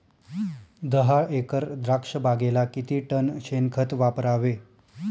दहा एकर द्राक्षबागेला किती टन शेणखत वापरावे?